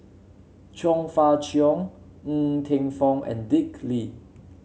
Chong Fah Cheong Ng Teng Fong and Dick Lee